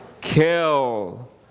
kill